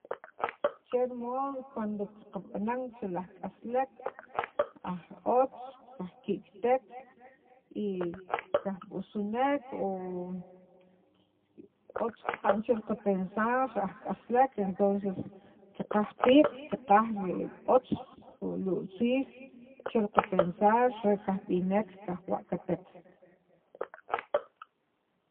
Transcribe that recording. cher mod cuando qaqab'anan che laj k'asalek aj otz aj otz kajki'kitek y kajb'usnek o otz qaqa'n chiran qapensar aj k'asalek entonces qaqaj qiib' qaqaj li otz o li utziil chel qapensar re kajb'nek kajwa'katek